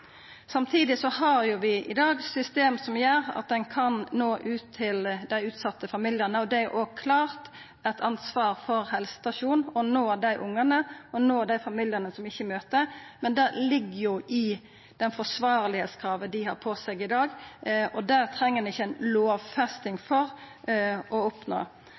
Samtidig har vi system i dag som gjer at ein kan nå ut til dei utsette familiane. Det er òg eit klart ansvar hos helsestasjonen å nå dei ungane og dei familiane som ikkje møter, men det ligg jo i det forsvarlegheitskravet dei har til seg i dag, og det treng ein ikkje ei lovfesting for å oppnå.